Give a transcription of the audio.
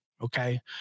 Okay